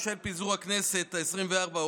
ובשל פיזור הכנסת העשרים-וארבע,